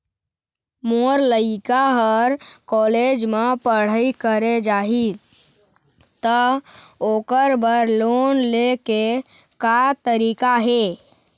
मोर लइका हर कॉलेज म पढ़ई करे जाही, त ओकर बर लोन ले के का तरीका हे?